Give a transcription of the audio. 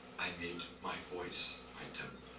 i made my voice my temple.